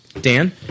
dan